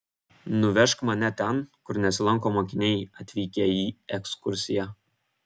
nuvežk mane ten kur nesilanko mokiniai atvykę į ekskursiją